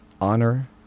honor